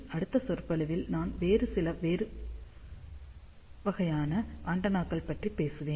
அடுத்த சொற்பொழிவில் நான் சில வேறு வகையான ஆண்டெனாக்கள் பற்றி பேசுவேன்